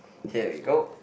here we go